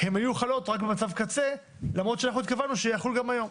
הן היו חלות רק במצב קצה למרות שאנחנו התכוונו שיחולו גם היום.